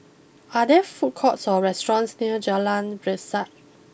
are there food courts or restaurants near Jalan Resak